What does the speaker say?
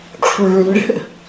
Crude